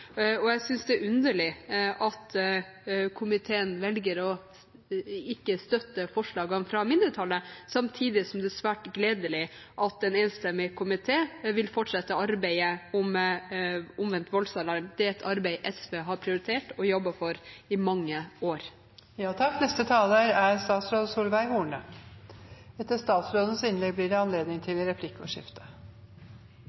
gjelder. Jeg synes det er underlig at komiteen velger ikke å støtte forslagene fra mindretallet, samtidig som det er svært gledelig at en enstemmig komité vil fortsette arbeidet med omvendt voldsalarm. Det er et arbeid SV har prioritert og jobbet for i mange år. Arbeidet mot vold i nære relasjoner er